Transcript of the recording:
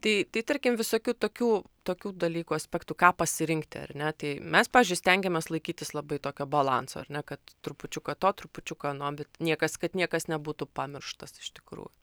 tai tai tarkim visokių tokių tokių dalykų aspektu ką pasirinkti ar ne tai mes pavyzdžiui stengėmės laikytis labai tokio balanso ar ne kad trupučiuką to trupučiuką ano bet niekas kad niekas nebūtų pamirštas iš tikrųjų